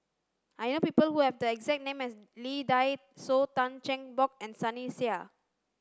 I know people who have the exact name as Lee Dai Soh Tan Cheng Bock and Sunny Sia